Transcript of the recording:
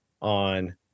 on